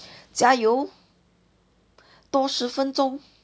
加油多十分钟